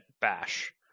Bash